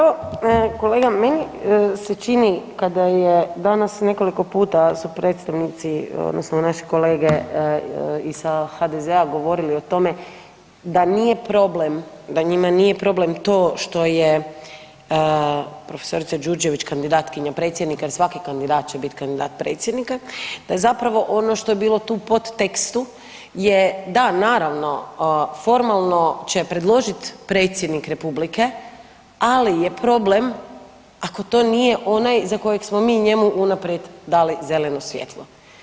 Kolega meni se čini kada je danas nekoliko puta su predstavnici, odnosno naši kolege i sa HDZ-a govorili o tome da nije problem, da njima nije problem to što je profesorica Đurđević kandidatkinja predsjednika jer svaki kandidat će biti kandidat predsjednika, da je zapravo ono što je bilo tu podtekstu je da, naravno formalno će predložiti predsjednik Republike ali je problem ako to nije onaj za kojeg smo mi njemu unaprijed dali zeleno svjetlo.